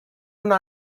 una